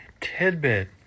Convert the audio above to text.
tidbit